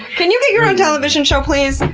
can you get your own television show please?